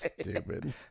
stupid